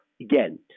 again